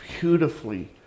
beautifully